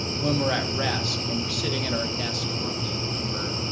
when we're at rest, when we're sitting at our desk working when we're,